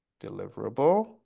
Deliverable